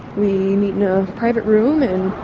we meet in a private room and